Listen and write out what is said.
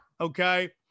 Okay